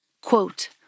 Quote